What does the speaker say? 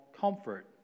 comfort